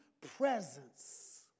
presence